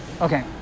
Okay